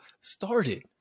started